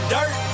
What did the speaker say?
Dirt